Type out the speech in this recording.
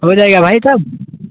ہو جائے گا بھائی صاحب